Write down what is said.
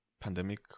pandemic